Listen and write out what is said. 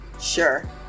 sure